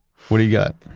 what do you got?